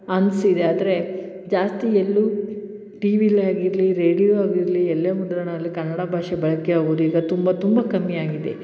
ಅನಿಸಿದೆ ಆದರೆ ಜಾಸ್ತಿ ಎಲ್ಲೂ ಟೀ ವಿಲೆ ಆಗಿರಲಿ ರೇಡಿಯೊ ಆಗಿರಲಿ ಎಲ್ಲಿ ಮುದ್ರಣ ಆಗಲಿ ಕನ್ನಡ ಭಾಷೆ ಬಳಕೆ ಆಗುದೀಗ ತುಂಬ ತುಂಬ ಕಮ್ಮಿ ಆಗಿದೆ